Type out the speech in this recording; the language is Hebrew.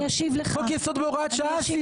חוק יסוד והוראת שעה.